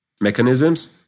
mechanisms